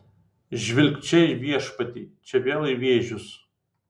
žvilgt čia į viešpatį čia vėl į vėžius